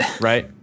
right